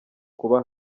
kuba